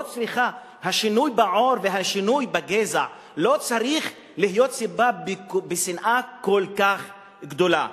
השינוי בעור והשינוי בגזע לא צריך להיות סיבה לשנאה כל כך גדולה.